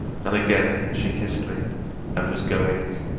and again she kissed me and was going.